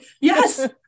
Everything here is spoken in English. Yes